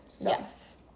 Yes